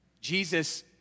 Jesus